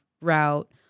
route